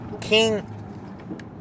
King